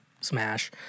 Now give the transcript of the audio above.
Smash